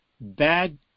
bad